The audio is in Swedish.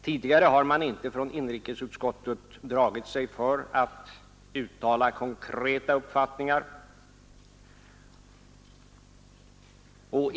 Tidigare har man i inrikesutskottet inte dragit sig för att uttala konkreta uppfattningar.